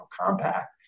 compact